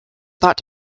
thought